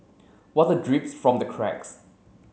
water drips from the cracks